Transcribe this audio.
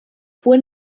fue